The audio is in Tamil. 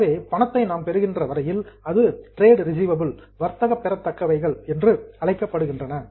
எனவே பணத்தை நாம் பெறுகின்ற வரையில் அது டிரேட் ரிசிவபில் வர்த்தக பெறத்தக்கவைகள் என்று அழைக்கப்படுகிறது